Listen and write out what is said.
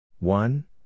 One